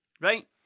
right